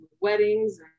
weddings